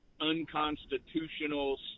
unconstitutional